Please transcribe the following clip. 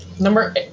Number